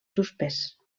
suspès